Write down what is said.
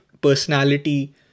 personality